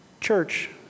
Church